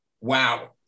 wow